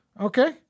Okay